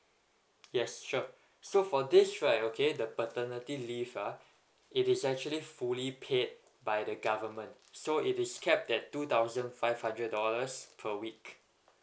yes sure so for this right okay the paternity leave uh it is actually fully paid by the government so it is capped at two thousand five hundred dollars per week